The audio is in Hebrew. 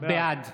בעד